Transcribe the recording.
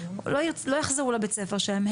לא יחזרו לבית הספר שלהם.